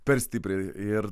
per stipriai ir